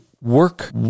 work